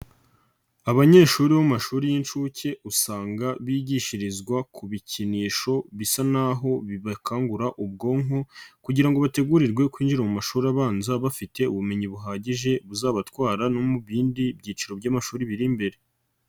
Abanyeshuri bo mu mashuri y'inshuke usanga bigishirizwa ku bikinisho bisa naho bibakangura ubwonko kugira ngo bategurirwe kwinjira mu mashuri abanza bafite ubumenyi buhagije buzabatwara no mu bindi byiciro by'amashuri biri imbere.